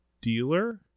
dealer